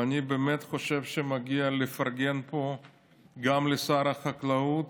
ואני באמת חושב שמגיע לפרגן פה גם לשר החקלאות